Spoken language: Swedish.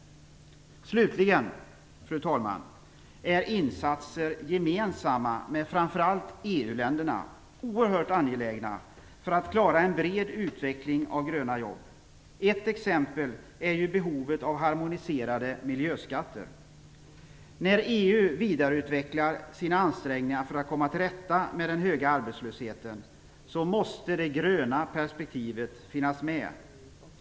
Slutligen, fru talman, är insatser gemensamma med framför allt EU-länderna oerhört angelägna för att vi skall klara en bred utveckling av gröna jobb. Ett exempel är ju behovet av harmoniserade miljöskatter. När EU vidareutvecklar sina ansträngningar för att komma till rätta med den höga arbetslösheten måste det gröna perspektivet finnas med.